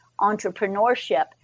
entrepreneurship